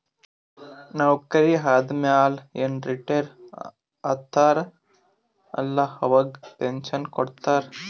ನೌಕರಿ ಆದಮ್ಯಾಲ ಏನ್ ರಿಟೈರ್ ಆತಾರ ಅಲ್ಲಾ ಅವಾಗ ಪೆನ್ಷನ್ ಕೊಡ್ತಾರ್